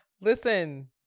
Listen